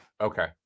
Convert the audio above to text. Okay